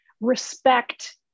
respect